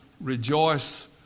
rejoice